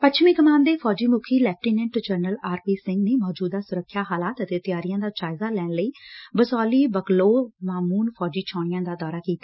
ਪੱਛਮੀ ਕਮਾਨ ਦੇ ਫੌਜੀ ਮੁੱਖੀ lieutenant general R P Singh ਨੇ ਮੌਜੁਦਾ ਸੁਰੱਖਿਆ ਹਾਲਾਤ ਅਤੇ ਤਿਆਰੀਆਂ ਦਾ ਜਾਇਜ਼ਾ ਲੈਣ ਲਈ ਬਸੌਲੀ ਬਕਲੋਹ ਮਾਮੁਨ ਫੌਜੀ ਛਾਉਣੀਆ ਦਾ ਦੌਰਾ ਕੀਤਾ